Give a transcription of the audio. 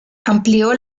amplió